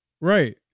Right